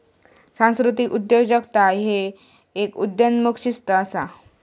सांस्कृतिक उद्योजकता ह्य एक उदयोन्मुख शिस्त असा